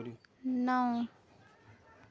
नौ